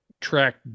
track